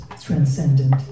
transcendent